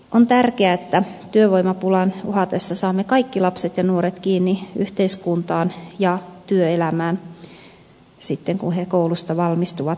on tärkeää että työvoimapulan uhatessa saamme kaikki lapset ja nuoret kiinni yhteiskuntaan ja työelämään sitten kun he koulusta valmistuvat